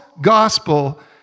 gospel